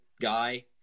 guy